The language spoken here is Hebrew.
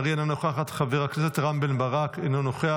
חבר הכנסת אלעזר שטרן, אינו נוכח,